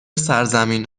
سرزمین